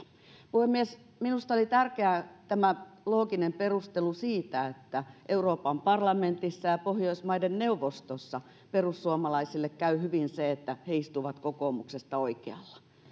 puhemies minusta oli tärkeä tämä looginen perustelu että euroopan parlamentissa ja pohjoismaiden neuvostossa perussuomalaisille käy hyvin se että he istuvat kokoomuksesta oikealla